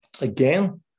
Again